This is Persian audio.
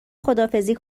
خداحافظی